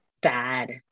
bad